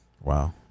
Wow